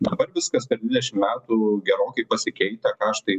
dabar viskas per dvidešimt metų gerokai pasikeitę kaštai